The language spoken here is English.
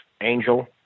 Angel